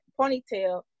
ponytail